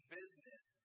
business